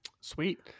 Sweet